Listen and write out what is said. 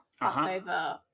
Passover